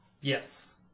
yes